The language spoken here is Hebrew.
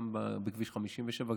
גם בכביש 57,